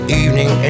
evening